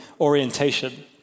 orientation